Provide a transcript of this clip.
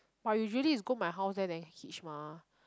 but usually is go my house there then hitch mah